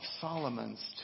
Solomon's